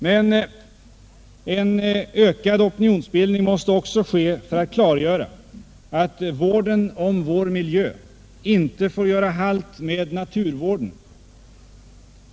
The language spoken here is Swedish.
Men det måste också bli en ökad opinionsbildning för att klargöra att vården om vår miljö inte får göra halt med naturvården.